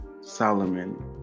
Solomon